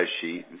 sheet